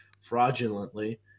fraudulently